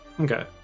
Okay